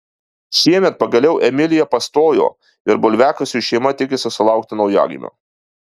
šiemet pagaliau emilija pastojo ir bulviakasiui šeima tikisi sulaukti naujagimio